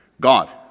God